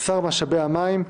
שר משאבי המים,